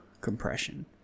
compression